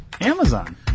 Amazon